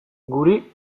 guri